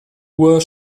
uhr